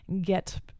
get